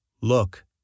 Look